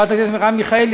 חברת הכנסת מרב מיכאלי,